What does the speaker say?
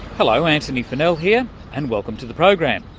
hello antony funnell here and welcome to the program.